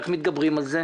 איך מתגברים על זה?